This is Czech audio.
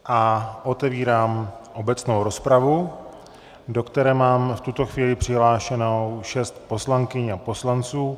A otevírám obecnou rozpravu, do které mám v tuto chvíli přihlášeno šest poslankyň a poslanců.